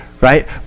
Right